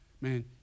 man